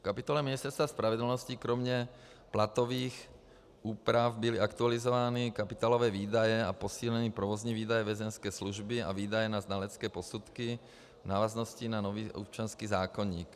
V kapitole Ministerstva spravedlnosti kromě platových úprav byly aktualizovány kapitálové výdaje a posíleny provozní výdaje Vězeňské služby a výdaje na znalecké posudky v návaznosti na nový občanský zákoník.